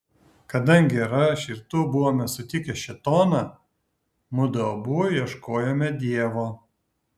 kadangi ir aš ir tu buvome sutikę šėtoną mudu abu ieškojome dievo